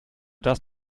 das